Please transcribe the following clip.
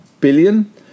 billion